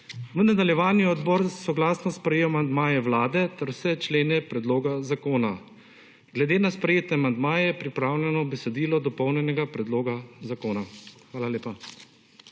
V nadaljevanju je odbor soglasno sprejel amandmaje Vlade ter vse člene predloga zakona glede na sprejete amandmaje pripravljeno besedilo dopolnjenega predloga zakona. Hvala lepa.